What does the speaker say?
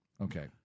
Okay